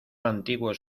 antiguo